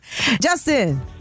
Justin